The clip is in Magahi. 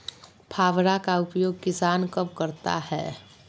फावड़ा का उपयोग किसान कब करता है?